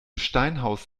steinhaus